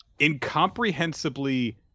incomprehensibly